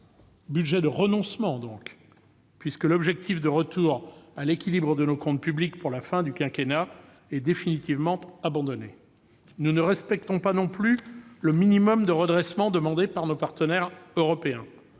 budget de renoncement, puisque l'objectif de retour à l'équilibre de nos comptes publics pour la fin du quinquennat est définitivement abandonné. Nous ne respectons pas non plus le minimum de redressement demandé par nos partenaires européens.